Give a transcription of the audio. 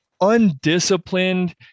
undisciplined